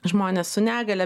žmones su negalia